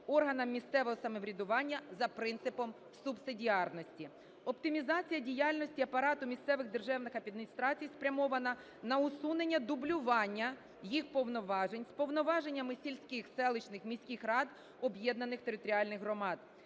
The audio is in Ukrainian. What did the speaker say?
органам місцевого самоврядування за принципом субсидіарності. Оптимізація діяльності апарату місцевих державних адміністрацій спрямована на усунення дублювання їх повноважень з повноваженнями сільських, селищних міських рад об'єднаних територіальних громад.